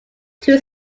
two